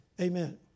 Amen